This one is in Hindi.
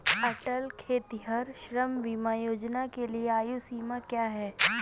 अटल खेतिहर श्रम बीमा योजना के लिए आयु सीमा क्या है?